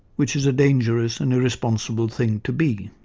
which is a dangerous and irresponsible thing to be.